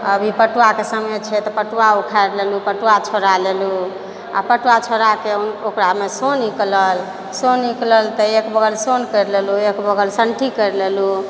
अभी पटुआके समय छै पटुआ उखाड़ि लेलहुँ पटुआ छोड़ा लेलहुँ आओर पटुआ छोड़ाके ओकरामे सँ सोन निकलल सोन निकलल तऽ एक बगल सोन करि लेलहुँ एक बगल सनठी करि लेलहुँ